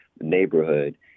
neighborhood